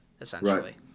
essentially